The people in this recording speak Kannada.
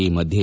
ಈ ಮಧ್ಯೆ